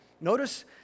Notice